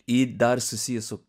ir dar susiję su